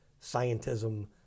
Scientism